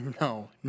No